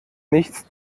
nichts